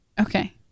okay